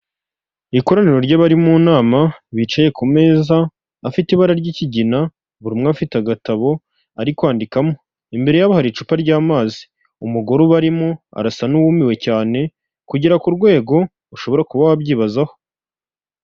Ikoraniro ry'abari mu nama, bicaye ku meza afite ibara ry'ikigina, buri umwe afite agatabo ari kwandikamo. Imbere yabo, hari icupa ry'amazi, umugore ubarimo arasa n'uwumiwe cyane, kugera ku rwego ushobora kuba wabyibazaho.